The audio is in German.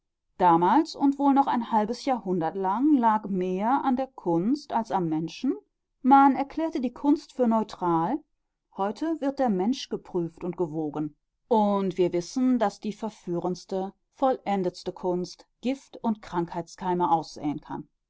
damals und wohl noch ein halbes jahrhundert lang lag mehr an der kunst als am menschen man erklärte die kunst für neutral heute wird der mensch geprüft und gewogen und wir wissen daß die verführendste vollendetste kunst giftund krankheitskeime aussäen kann